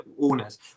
owners